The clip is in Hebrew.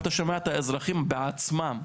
אתה שומע את האזרחים בעצמם,